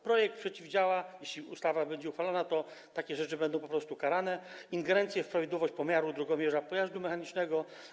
Projekt przeciwdziała - jeśli ustawa będzie uchwalona, to takie rzeczy będą karane - ingerencji w prawidłowość pomiaru drogomierza pojazdu mechanicznego.